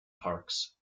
parks